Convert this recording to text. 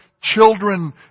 children